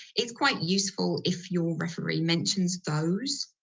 it's quite useful if your referee mentions those.